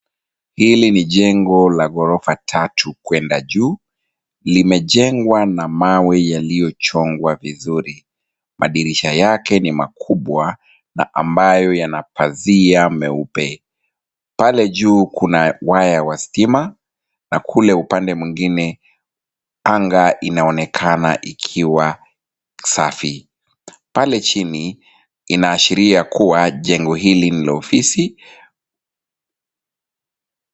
Hili ni jengo la ghorofa tatu kwenda juu, limejengwa na mawe yaliyochongwa vizuri, madirisha yake ni makubwa na mbayo yana pazia nyeupe, pale juu kuna waya wa stima, na kule upande mwingine anga inaonekana ikiwa safi. Pale chini inaashiria ya kuwa jengo hili ni ofisi.